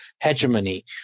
hegemony